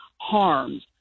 harms